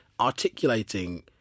articulating